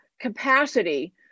capacity